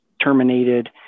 terminated